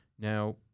Now